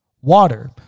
water